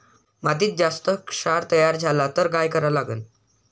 मातीत जास्त क्षार तयार झाला तर काय करा लागन?